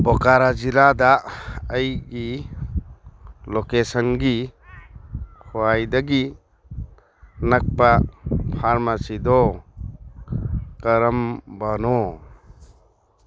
ꯕꯣꯀꯥꯔꯥ ꯖꯤꯜꯂꯥꯗ ꯑꯩꯒꯤ ꯂꯣꯀꯦꯁꯟꯗꯒꯤ ꯈ꯭ꯋꯥꯏꯗꯒꯤ ꯅꯛꯄ ꯐꯥꯔꯃꯥꯁꯤꯗꯣ ꯀꯔꯝꯕꯅꯣ